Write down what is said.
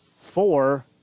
four